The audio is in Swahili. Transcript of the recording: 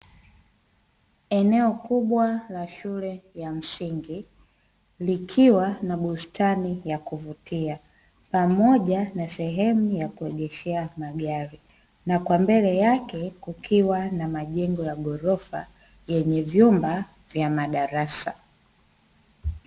Eneo kubwa la shule ya msingi likiwa na bustani ya kuvutia pamoja na sehemu ya kuendeshea magari, na kwa mbele yake kukiwa na majengo ya ghorofa yenye vyumba vya madarasa.